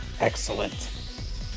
Excellent